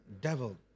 devil